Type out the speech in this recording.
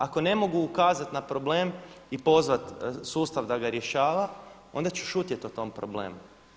Ako ne mogu ukazati na problem i pozvati sustav da ga rješava onda ću šutjeti o tom problemu.